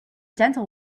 dental